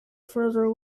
further